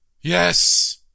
Yes